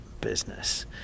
Business